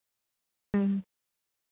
ᱦᱮᱸ